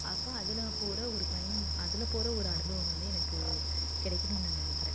அப்போ அதில் போகிற ஒரு பயணம் அதில் போகிற ஒரு அனுபவம் வந்து எனக்கு கிடைக்கணுன்னு நான் நினைக்கறேன்